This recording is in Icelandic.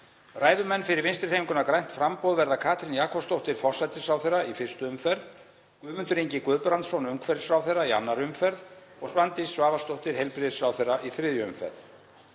Ræðumenn fyrir Vinstrihreyfinguna – grænt framboð verða Katrín Jakobsdóttir forsætisráðherra í fyrstu umferð, Guðmundur Ingi Guðbrandsson umhverfisráðherra í annarri umferð og Svandís Svavarsdóttir heilbrigðisráðherra í þriðju umferð.